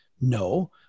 No